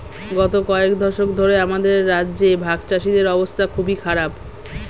গত কয়েক দশক ধরে আমাদের রাজ্যে ভাগচাষীদের অবস্থা খুবই খারাপ